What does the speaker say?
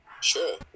Sure